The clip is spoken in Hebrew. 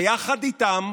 ויחד איתם,